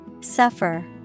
Suffer